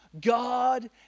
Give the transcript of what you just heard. God